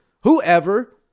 whoever